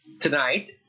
tonight